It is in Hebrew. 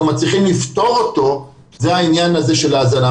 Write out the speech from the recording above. מצליחים לפתור אותו זה העניין של ההזנה,